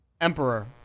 Emperor